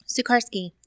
Sukarski